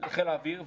לחיל האוויר,